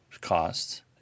costs